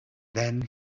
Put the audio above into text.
then